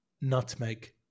Nutmeg